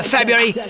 February